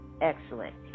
excellent